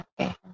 okay